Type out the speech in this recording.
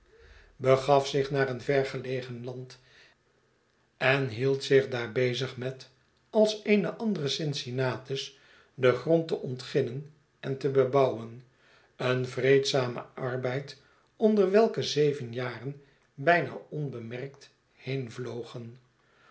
begaf zich naar een vergelegen land en hield zich daar bezig met als een and ere cincinnatus den grond te ontginnen en te bebouwen een vreedzame arbeid onder welken zeven jaren bijna onbemerkt